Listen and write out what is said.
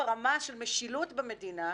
ברמה של משילות במדינה,